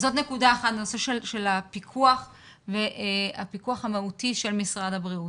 זאת נקודה אחת בנושא של הפיקוח המהותי של משרד הבריאות.